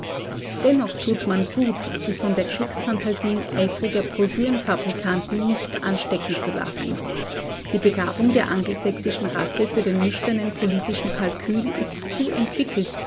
dennoch tut man gut sich von den kriegsphantasien eifriger broschürenfabrikanten nicht anstecken zu lassen die begabung der angelsächsischen rasse für den nüchternen politischen kalkül ist zu entwickelt